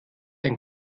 ein